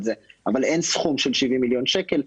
זה אבל אין סכום של 70 מיליון שקלים.